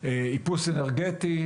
איפוס אנרגטי,